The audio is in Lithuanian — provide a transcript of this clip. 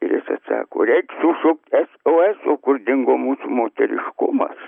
ir jis atsako reik sušukt sos kur dingo mūsų moteriškumas